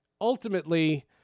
ultimately